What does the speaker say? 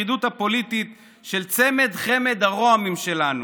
השרידות הפוליטית של צמד-חמד הרה"מים שלנו?"